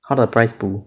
他的 prize